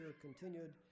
continued